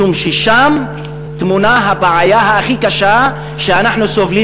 משום ששם טמונה הבעיה הכי קשה שאנחנו סובלים